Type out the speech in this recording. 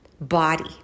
body